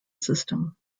system